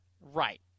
Right